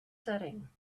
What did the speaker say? setting